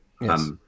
Yes